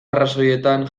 arrazoietan